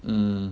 mm